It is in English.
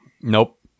Nope